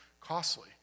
costly